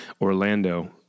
Orlando